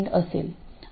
5Ω असेल